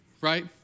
right